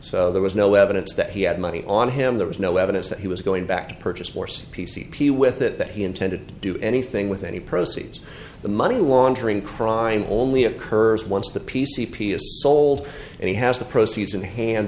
so there was no evidence that he had money on him there was no evidence that he was going back to purchase horse p c p with it that he intended to do anything with any proceeds the money laundering crime only occurs once the p c p s sold and he has the proceeds in hand